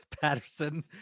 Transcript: Patterson